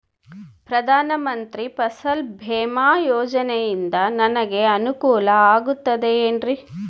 ಪ್ರಧಾನ ಮಂತ್ರಿ ಫಸಲ್ ಭೇಮಾ ಯೋಜನೆಯಿಂದ ನನಗೆ ಅನುಕೂಲ ಆಗುತ್ತದೆ ಎನ್ರಿ?